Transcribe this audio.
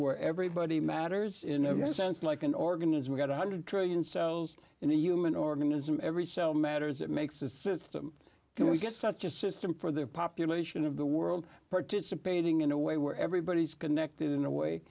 where everybody matters in every sense like an organism got a hundred trillion cells in a human organism every cell matters it makes a system can we get such a system for their population of the world participating in a way where everybody is connected in a way